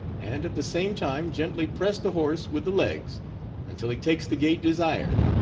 and at the same time gently press the horse with the legs until he takes the gait desired.